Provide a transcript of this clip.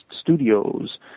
Studios